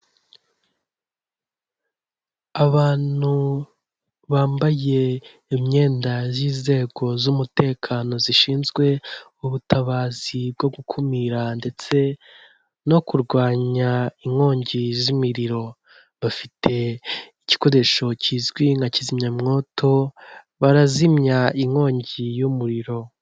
Abantu bambaye imyenda y'inzego z'umutekano zishinzwe ubutabazi bwo gukumira ndetse no kurwanya inkongi z'imiriro, bafite igikoresho kizwi nka kizimyamwoto, barazimya inkongi y'umuriro.